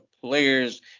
players